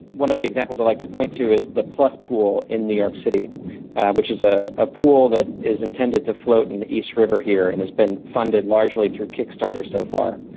one of the examples i like to point to is the plus pool in new york city which is a ah pool that is intended to float in the east river here and has been funded largely through kickstarter so far.